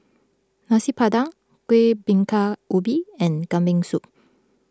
Nasi Padang Kuih Bingka Ubi and Kambing Soup